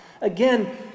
Again